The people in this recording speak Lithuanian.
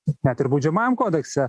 net ir baudžiamajam kodekse